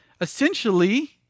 essentially